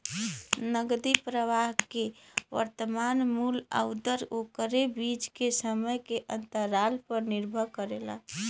नकदी प्रवाह के वर्तमान मूल्य आउर ओकरे बीच के समय के अंतराल पर निर्भर करेला